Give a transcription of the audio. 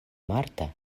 marta